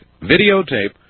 videotape